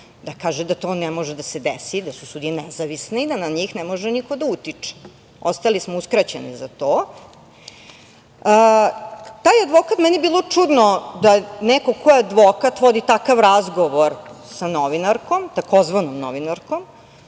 da kaže da to ne može da se desi, da su sudije nezavisne, da na njih ne može niko da utiče. Ostali smo uskraćeni za to. Meni je bilo čudno da neko ko je advokat vodi takav razgovor sa novinarkom, tzv. novinarkom,